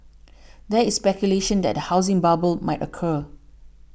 there is speculation that a housing bubble might occur